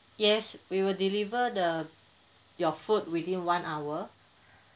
yes we will deliver the your food within one hour